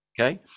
okay